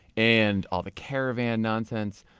and all the caravan nonsense.